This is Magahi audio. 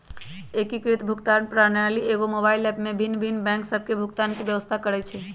एकीकृत भुगतान प्रणाली एकेगो मोबाइल ऐप में भिन्न भिन्न बैंक सभ के भुगतान के व्यवस्था करइ छइ